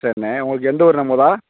சரிண்ணே உங்களுக்கு எந்த ஊருண்ணா மொதல்